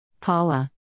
Paula